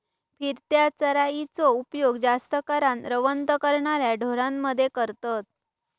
फिरत्या चराइचो उपयोग जास्त करान रवंथ करणाऱ्या ढोरांमध्ये करतत